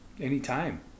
Anytime